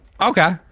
Okay